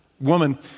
woman